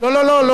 הממשלה נעדרת